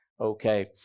okay